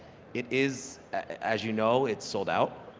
it is, as you know, it's sold out.